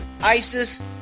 Isis